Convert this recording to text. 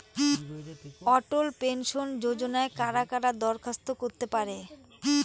অটল pension যোজনায় কারা কারা দরখাস্ত করতে পারে?